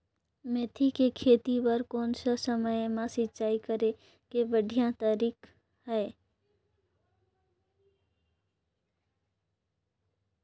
मेथी के खेती बार कोन सा समय मां सिंचाई करे के बढ़िया तारीक हे?